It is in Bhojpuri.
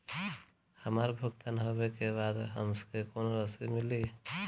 हमार भुगतान होबे के बाद हमके कौनो रसीद मिली?